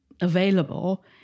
available